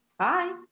Hi